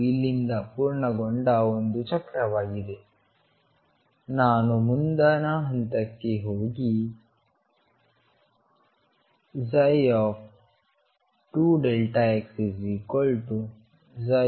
ಇದು ಇಲ್ಲಿಂದ ಪೂರ್ಣಗೊಂಡ ಒಂದು ಚಕ್ರವಾಗಿದೆ ನಾನು ಮುಂದಿನ ಹಂತಕ್ಕೆ ಹೋಗಿ2xψxxx